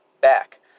back